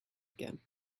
again